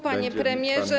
Panie Premierze!